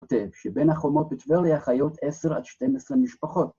כותב שבין החומות בטבריה חיות עשר עד שתים עשרה משפחות.